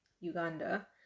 Uganda